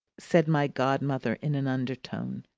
said my godmother in an undertone,